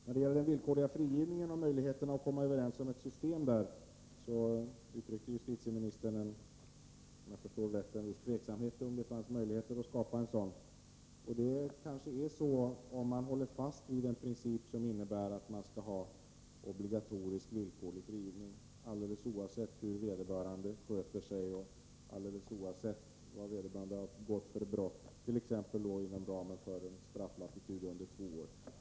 När det gäller villkorliga frigivningar och möjligheter att komma överens om ett system där uttryckte justitieministern, såvitt jag förstod, en viss tveksamhet. Det är kanske svårt att skapa ett sådant system, om man håller fast vid den princip som innebär att man skall ha obligatorisk villkorlig frigivning alldeles oavsett hur vederbörande sköter sig och alldeles oavsett vad vederbörande har begått för brott, t.ex. inom ramen för strafflatituder under två år.